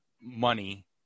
money